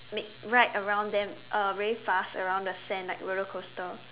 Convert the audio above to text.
make ride around them uh very fast around the sand like roller coaster